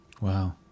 Wow